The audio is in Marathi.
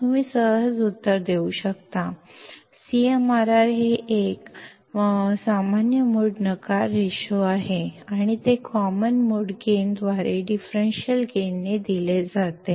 तुम्ही सहज उत्तर देऊ शकता CMRR हे एक सामान्य मोड नकार रेशन आहे आणि ते कॉमन मोड गेन द्वारे डिफरेंशियल गेन ने दिले जाते